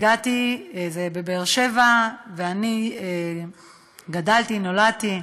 זה באר-שבע, ואני גדלתי, נולדתי,